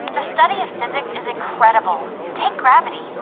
the study of physics is incredible. take gravity.